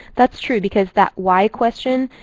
that's true. because that why question,